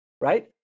right